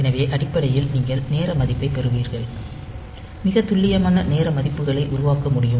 எனவே அடிப்படையில் நீங்கள் நேர மதிப்பைப் பெறுவீர்கள் மிகத் துல்லியமான நேர மதிப்புகளை உருவாக்க முடியும்